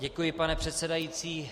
Děkuji, pane předsedající.